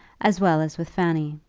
as well as with fanny.